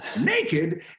naked